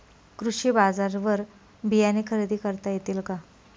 कृषी बाजारवर बियाणे खरेदी करता येतील का?